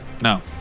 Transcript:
No